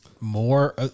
more